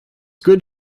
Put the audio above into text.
good